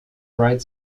write